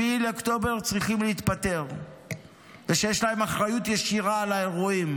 באוקטובר ושיש להם אחריות ישירה לאירועים